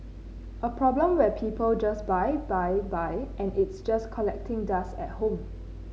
a problem where people just buy buy buy and it's just collecting dust at home